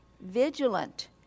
vigilant